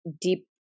deep